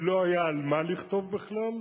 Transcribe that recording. כי לא היה על מה לכתוב בכלל,